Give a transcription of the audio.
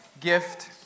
Gift